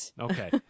Okay